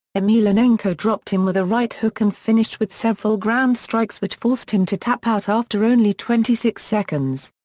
emelianenko dropped him with a right hook and finished with several ground strikes which forced him to tap out after only twenty six seconds.